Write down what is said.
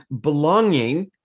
belonging